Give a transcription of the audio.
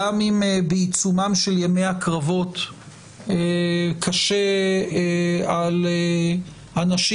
גם אם בעיצומם של ימי הקרבות קשה על האנשים